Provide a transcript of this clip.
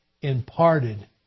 imparted